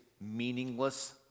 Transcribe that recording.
meaningless